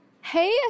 Hey